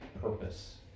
purpose